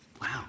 Wow